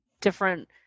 different